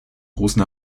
großen